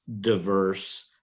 diverse